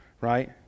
right